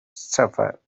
shepherd